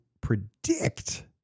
predict